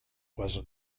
was